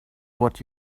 what